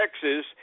Texas